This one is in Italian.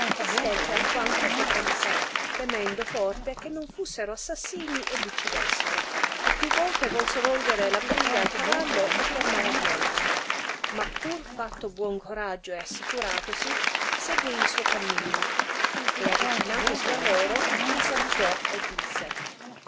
e stette alquanto sopra di sé temendo forte che non l'ussero assassini e l uccidessero e più volte volse volgere la briglia al cavallo e tornar a dietro ma pur fatto buon coraggio e assicuratosi seguì il suo camino e avicinatosi a loro li salutò e disse